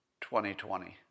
2020